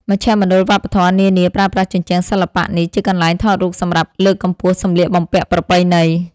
មជ្ឈមណ្ឌលវប្បធម៌នានាប្រើប្រាស់ជញ្ជាំងសិល្បៈនេះជាកន្លែងថតរូបសម្រាប់លើកកម្ពស់សម្លៀកបំពាក់ប្រពៃណី។